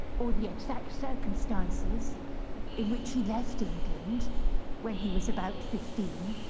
or the exact circumstances in which he left england when he was about fifteen.